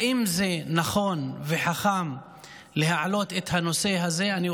האם זה נכון וחכם להעלות את הנושא הזה כהצעת אי-אמון?